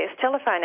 telephone